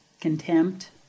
contempt